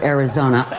Arizona